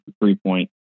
three-point